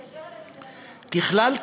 ככלל,